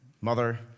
Mother